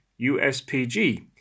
USPG